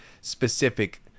specific